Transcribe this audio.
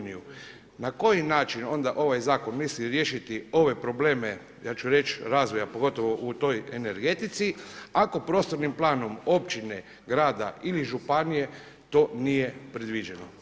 Na koji način onda ovaj zakon misli riješiti ove probleme ja ću reći razvoja, pogotovo u toj energetici ako prostornim planom općine, grada ili županije to nije predviđeno?